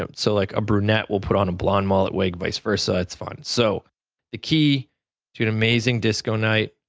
ah so like a brunette will put on a blonde mullet wig vice verse, ah it's fun. so the key to an amazing disco night,